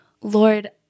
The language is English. Lord